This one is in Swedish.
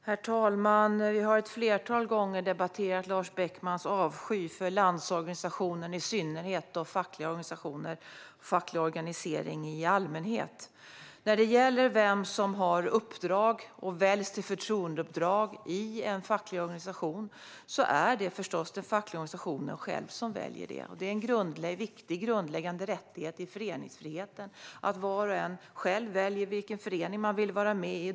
Herr talman! Vi har ett flertal gånger debatterat Lars Beckmans avsky för Landsorganisationen i synnerhet och facklig organisering i allmänhet. Vem som ska ha uppdrag och väljas till förtroendeuppdrag i en facklig organisation är förstås den fackliga organisationen själv som bestämmer. Det är en viktig grundläggande rättighet i föreningsfriheten att var och en själv väljer vilken förening man vill vara med i.